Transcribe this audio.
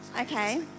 Okay